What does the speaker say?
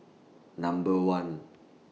Number one